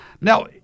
Now